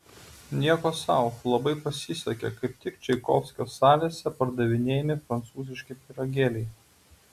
nieko sau labai pasisekė kaip tik čaikovskio salėse pardavinėjami prancūziški pyragėliai